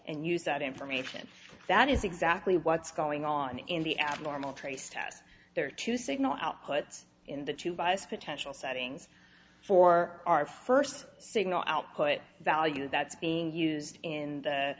and use that information that is exactly what's going on in the abnormal trace test there are two signal outputs in the two bias potential settings for our first signal output value that's being used in